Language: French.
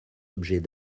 objets